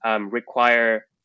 require